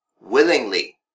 willingly